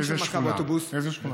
אין שם קו אוטובוס, איזה שכונה?